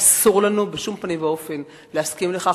אסור לנו בשום פנים ואופן להסכים לכך.